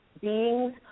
beings